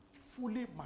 fully